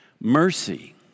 Mercy